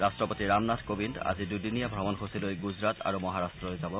ৰাট্টপতি ৰামনাথ কোবিন্দ আজি দুদিনীয়া ভ্ৰমণসূচী লৈ গুজৰাট আৰু মহাৰাট্টলৈ যাব